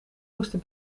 moesten